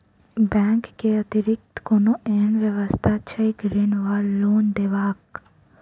Bank केँ अतिरिक्त कोनो एहन व्यवस्था छैक ऋण वा लोनदेवाक?